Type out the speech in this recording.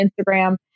Instagram